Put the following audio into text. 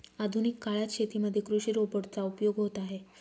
आधुनिक काळात शेतीमध्ये कृषि रोबोट चा उपयोग होत आहे